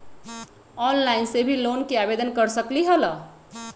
Online से भी loan के आवेदन कर सकलीहल?